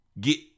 get